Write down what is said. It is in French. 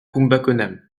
kumbakonam